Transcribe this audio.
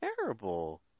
terrible